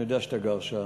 אני יודע שאתה גר שם,